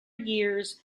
years